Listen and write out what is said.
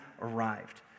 arrived